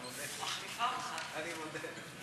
אני מודה.